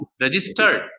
registered